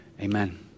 Amen